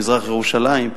מזרח-ירושלים,